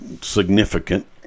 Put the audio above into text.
significant